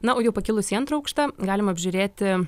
na o jau pakilus į antrą aukštą galima apžiūrėti